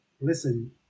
Listen